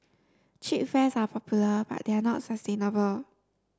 cheap fares are popular but they are not sustainable